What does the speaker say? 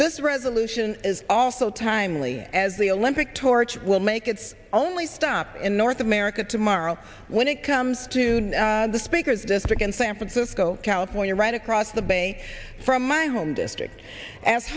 this resolution is also timely as the olympic torch will make its only stop in north america tomorrow when it comes to the speakers this is again san francisco california right across the bay from my home district a